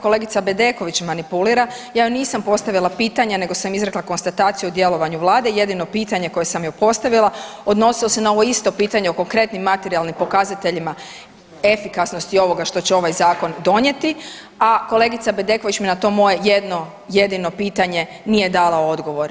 Kolegica Bedeković manipulira, ja joj nisam postavila pitanja nego sam izrekla konstataciju o djelovanju Vlade, jedino pitanje koje sam joj postavila odnosilo se na ovo isto pitanje o konkretnim materijalnim pokazateljima efikasnosti ovoga što će ovaj zakon donijeti, a kolegica Bedeković mi na to moje jedno jedino pitanje nije dala odgovor.